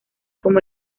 como